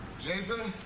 jason.